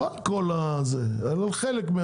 על חלק,